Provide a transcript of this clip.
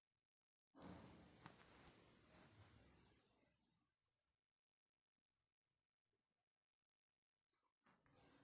वित्तीय अर्थशास्त्री के समाचार कार्यक्रम में आमंत्रित कयल गेल